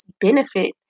benefit